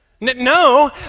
No